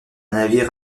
navire